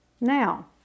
Now